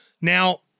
Now